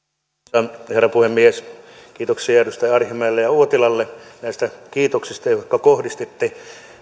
arvoisa herra puhemies kiitoksia edustaja arhinmäelle ja edustaja uotilalle näistä kiitoksista jotka kohdistitte